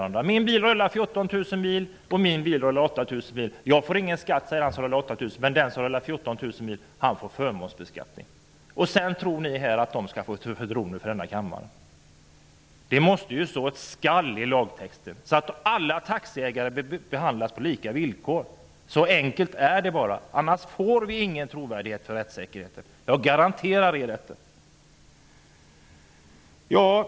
Den ene säger att hans bil rullar 14 000 mil och att han förmånsbeskattas, och den andre säger att hans bil rullar ca 8 000 mil, men att han inte blir beskattad på det sättet. Tror ni att de får något förtroende för denna kammare? Det måste ju stå ''skall'' i lagtexten, så att alla taxiägare behandlas på lika villkor. Så enkelt är det. Annars får vi ingen trovärdighet för rättssäkerheten. Jag garanterar er detta.